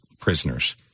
prisoners